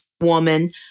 woman